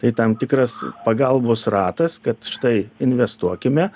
tai tam tikras pagalbos ratas kad štai investuokime